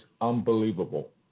unbelievable